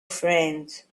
friend